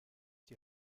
die